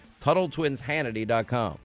TuttleTwinsHannity.com